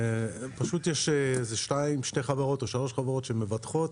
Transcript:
פשוט יש איזה שתי חברות או שלוש חברות שמבטחות,